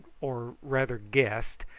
or rather guessed,